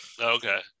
Okay